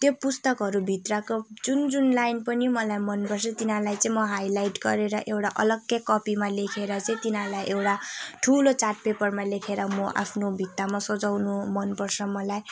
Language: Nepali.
त्यो पुस्तकहरूभित्रको जुन जुन लाइन पनि मलाई मनपर्छ तिनीहरूलाई चाहिँ म हाइलाइट गरेर एउटा अलगै कपीमा लेखेर चाहिँ तिनीहरूलाई एउटा ठुलो चार्ट पेपरमा लेखेर म आफ्नो भित्तामा सजाउनु मनपर्छ मलाई